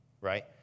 right